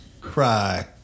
cry